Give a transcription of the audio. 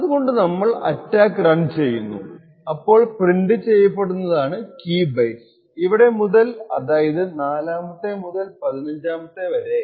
അതുകൊണ്ട് നമ്മൾ attack run ചെയ്യുന്നു അപ്പോൾ പ്രിൻറ് ചെയ്യപ്പെടുന്നതാണ് കീ ബൈറ്റ്സ് ഇവിടെ മുതൽ അതായതു 4 മത്തെ മുതൽ 15 മത്തെ വരെ